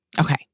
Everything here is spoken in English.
Okay